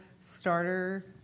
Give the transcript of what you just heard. starter